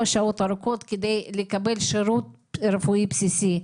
שעות ארוכות כדי לקבל שירות רפואי בסיסי.